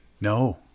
No